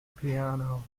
piano